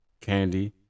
Candy